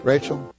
Rachel